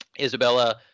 Isabella